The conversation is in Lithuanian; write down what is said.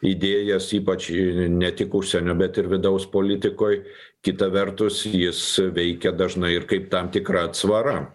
idėjas ypač ne tik užsienio bet ir vidaus politikoj kita vertus jis veikia dažnai ir kaip tam tikra atsvara